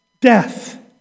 death